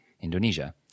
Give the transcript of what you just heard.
Indonesia